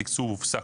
התקצוב הופסק.